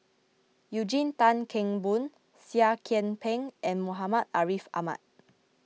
Eugene Tan Kheng Boon Seah Kian Peng and Muhammad Ariff Ahmad